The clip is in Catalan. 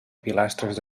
pilastres